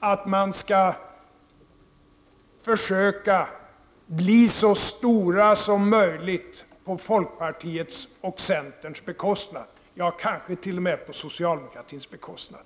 att försöka bli så stora som möjligt på folkpartiets och centerns bekostnad — ja, kanske t.o.m. på socialdemokratins bekostnad.